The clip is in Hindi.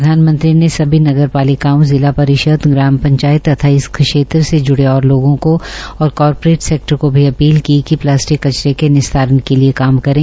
प्रधानमंत्री ने कहा कि सभी नगर पालिकाओं जिला परिशद ग्राम पंचायत तथा इस क्षेत्र से जुड़े और लोगों को और कार्पोरेट सेक्टर को भी अपील की कि प्लास्टिक कचरे के निस्तारन के लिए काम करें